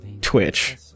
Twitch